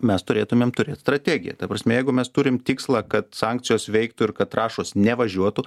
mes turėtumėm turėt strategiją ta prasme jeigu mes turim tikslą kad sankcijos veiktų ir kad trąšos nevažiuotų